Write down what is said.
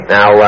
Now